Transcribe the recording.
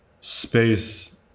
space